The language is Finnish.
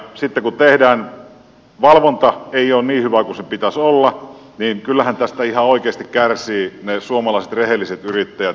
sitten kun valvonta ei ole niin hyvää kuin sen pitäisi olla niin kyllähän tästä ihan oikeasti kärsivät ne suomalaiset rehelliset yrittäjät